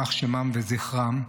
יימח שמם וזכרם,